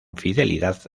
fidelidad